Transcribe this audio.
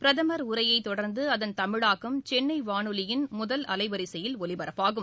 பிரதமர் உரையை தொடர்ந்து அதன் தமிழாக்கம் சென்னை வானொலியின் முதல் அலைவரிசையில் ஒலிபரப்பாகும்